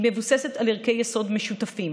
היא מבוססת על ערכי יסוד משותפים,